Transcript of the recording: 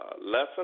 lesson